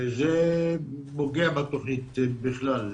וזה פוגע בתוכנית בכלל.